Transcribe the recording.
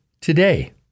today